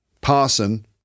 parson